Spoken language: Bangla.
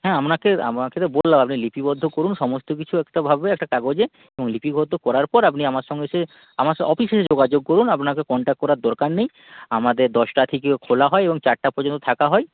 হ্যাঁ আপনাকে আপনাকে তো বললাম আপনি লিপিবদ্ধ করুন সমস্ত কিছু একটাভাবে একটা কাগজে এবং লিপিবদ্ধ করার পর আপনি আমার সঙ্গে এসে আমার স অফিসে যোগাযোগ করুন আপনাকে কনট্যাক্ট করার দরকার নেই আমাদের দশটা থেকে খোলা হয় এবং চারটা পর্যন্ত থাকা হয়